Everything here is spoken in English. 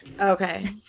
Okay